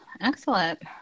Excellent